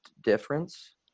difference